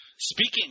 Speaking